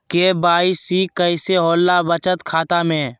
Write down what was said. KYC कैसे होला बचत खाता में?